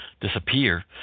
disappear